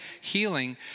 healing